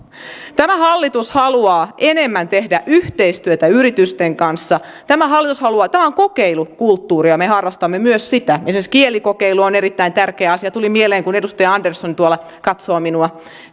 tämä hallitus haluaa enemmän tehdä yhteistyötä yritysten kanssa tämä on kokeilukulttuuria me harrastamme myös sitä esimerkiksi kielikokeilu on erittäin tärkeä asia tuli mieleen kun edustaja andersson tuolla katsoo minua